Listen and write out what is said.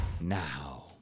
now